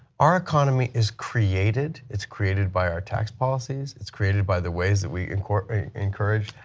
our economy is created, it's created by our tax policies, it's created by the ways that we encourage encourage